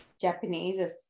japanese